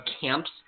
camps